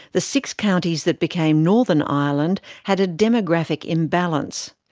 the six counties that became northern ireland had a demographic imbalance.